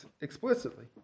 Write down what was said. explicitly